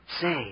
Say